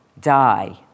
die